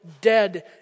dead